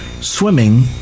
swimming